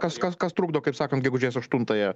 kas kas kas trukdo kaip sakant gegužės aštuntąją